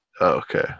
Okay